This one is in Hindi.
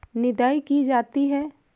निदाई की जाती है?